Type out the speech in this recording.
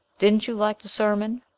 didn't you like de sermon?